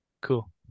Cool